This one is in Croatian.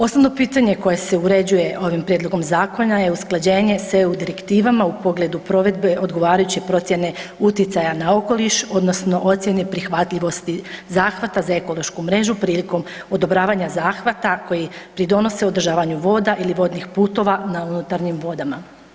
Osnovno pitanje koje se uređuje ovim prijedlogom zakona je usklađenje s EU direktivama u pogledu provedbe odgovarajuće procijene utjecaja na okoliš odnosno ocjene prihvatljivosti zahvata za ekološku mrežu prilikom odobravanja zahvata koji pridonose održavanju voda ili vodnih putova na unutarnjim vodama.